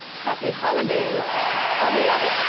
happy holiday on the other